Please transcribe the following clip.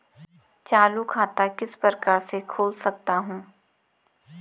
चालू खाता किस प्रकार से खोल सकता हूँ?